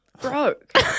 broke